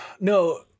No